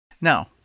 Now